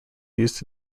used